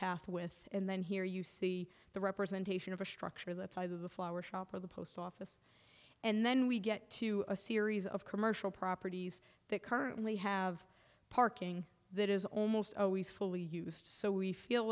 path with and then here you see the representation of a structure that's either the flower shop or the post office and then we get to a series of commercial properties that currently have parking that is almost always fully used so we feel